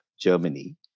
Germany